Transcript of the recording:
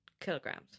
kilograms